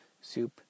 soup